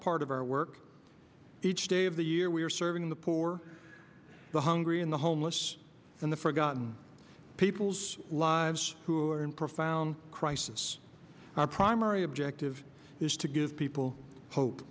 part of our work each day of the year we are serving the poor the hungry in the homeless and the forgotten people's lives who are in profound crisis our primary objective is to give people